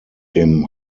dem